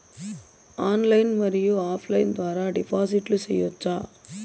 Online మరియు offline ద్వారా డిపాజిట్లు సేయొచ్చా?